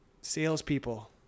salespeople